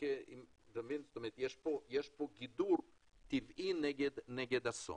יש פה גידור טבעי נגד אסון.